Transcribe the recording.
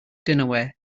dinnerware